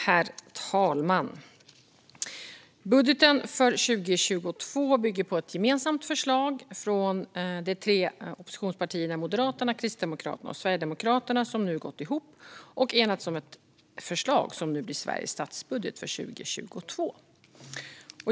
Herr talman! Budgeten för 2022 bygger på ett gemensamt förslag från de tre oppositionspartierna Moderaterna, Kristdemokraterna och Sverigedemokraterna, som har gått ihop och enats om ett förslag som nu blir Sveriges statsbudget för 2022.